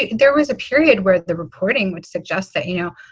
there was a period where the reporting would suggest that, you know,